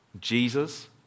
Jesus